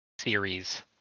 series